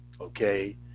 Okay